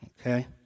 Okay